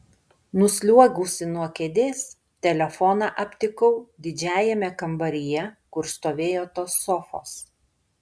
nusliuogusi nuo kėdės telefoną aptikau didžiajame kambaryje kur stovėjo tos sofos